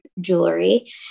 jewelry